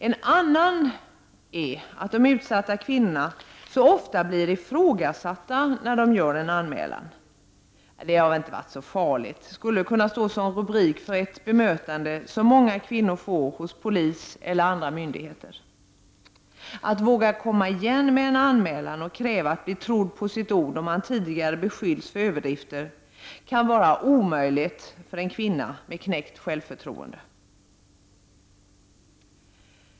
En andra orsak är att en anmälan från utsatta kvinnor ofta blir ifrågasatt. ”Det var väl inte så farligt” skulle kunna stå som rubrik när det gäller det bemötande som många kvinnor får hos polisen eller andra myndigheter. Att våga komma igen med en anmälan och kräva att bli trodd på sitt ord om man tidigare har beskyllts för överdrifter kan vara en omöjlighet för en kvinna med knäckt självförtroende.